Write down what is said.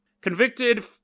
Convicted